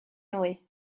nwy